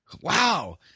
Wow